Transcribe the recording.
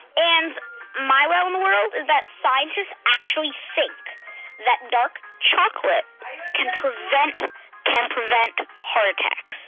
and my wow in the world is that scientists actually think that dark chocolate can prevent can prevent heart attacks.